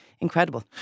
incredible